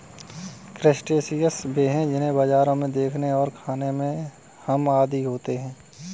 crustaceans वे हैं जिन्हें बाजारों में देखने और खाने के हम आदी होते हैं